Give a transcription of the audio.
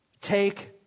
Take